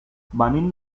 venim